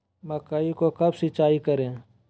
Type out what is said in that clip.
मकई को कब सिंचाई करे?